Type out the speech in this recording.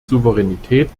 souveränität